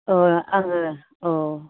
अ आङो औ